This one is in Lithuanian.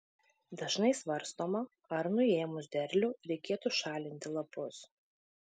dažnai svarstoma ar nuėmus derlių reikėtų šalinti lapus